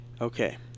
Okay